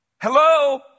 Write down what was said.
Hello